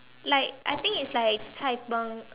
like I think it's like Cai-Png